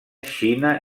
xina